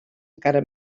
encara